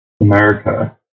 America